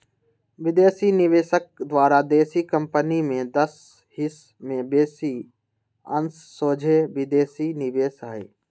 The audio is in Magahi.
विदेशी निवेशक द्वारा देशी कंपनी में दस हिस् से बेशी अंश सोझे विदेशी निवेश हइ